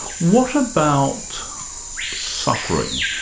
what about suffering?